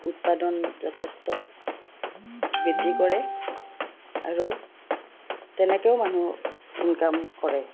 উৎপাদন যথেষ্ট বৃদ্ধি কৰে আৰু তেনেকৈও মানুহে ইনকাম কৰে